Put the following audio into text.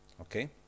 Okay